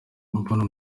mbona